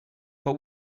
but